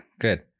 good